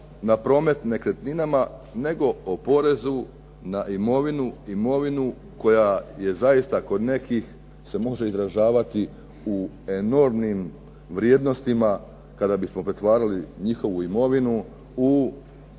na promet nekretninama, nego o porezu na imovinu, imovinu koja je zaista kod nekih se može izražavati u enormnim vrijednostima kada bismo pretvarali njihovu imovinu u